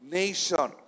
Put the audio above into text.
nation